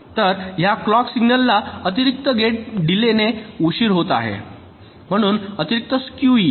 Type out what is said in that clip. तर ह्या clock signal ला अतिरिक्त गेट डिलेय ने उशीर होत आहे म्हणून अतिरिक्त स्क्यू येईल